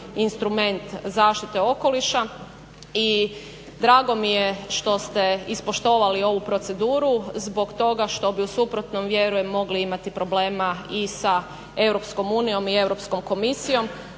instrument zaštite okoliša. I drago mi je što ste ispoštovali ovu proceduru zbog toga što bi u suprotnom vjerujem mogli imati problema i sa Europskom unijom i Europskom komisijom